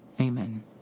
amen